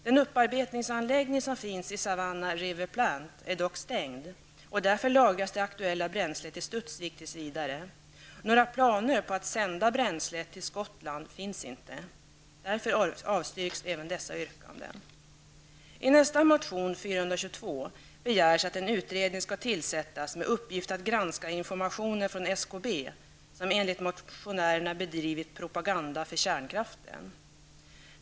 Den upparbetningsanläggning som finns i Savannah River Plant är dock stängd, och därför lagras det aktuella bränslet i Studsvik tills vidare. Några planer på att sända bränslet till Skottland finns inte. Därför avstyrks även dessa yrkanden. I nästa motion, 422, begärs att en utredning skall tillsättas med uppgift att granska informationen från SKB, som enligt motionärerna bedrivit propaganda för kärnkraften.